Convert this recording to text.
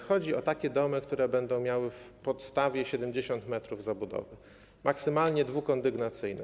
Chodzi o takie domy, które będą miały w podstawie 70 m zabudowy, maksymalnie dwie kondygnacje.